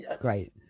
great